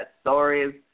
stories